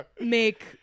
make